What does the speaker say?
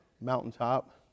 mountaintop